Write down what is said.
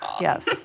yes